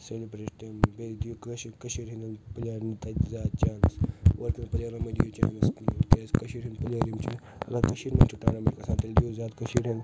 celebrate تِم بیٚیہِ دیو کٲشر کشیٖرِ ہنٛدیٚن پٕلیرَن تتہِ زیادٕ چانٕس اورٕکیٚن پٕلیرَن مہٕ دیو چانٕس کیٚنٛہہ کیٛازِ کشیٖرِ ہنٛدۍ پٕلیر یِم چھِ مطلب کشیٖرِ منٛز چھُ ٹیلیٚنٛٹ دیو زیادٕ کشیٖرِ ہنٛدیٚن